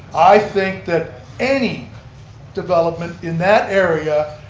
i think that any development in that area,